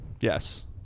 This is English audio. Yes